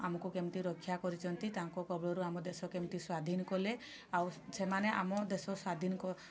ଆମୁକୁ କେମିତି ରକ୍ଷା କରିଛନ୍ତି ତାଙ୍କ କବଳରୁ ଆମ ଦେଶ କେମିତି ସ୍ଵାଧୀନ କଲେ ଆଉ ସେମାନେ ଆମ ଦେଶ ସ୍ଵାଧୀନ କ